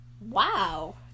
Wow